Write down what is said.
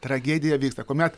tragedija vyksta kuomet